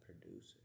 producer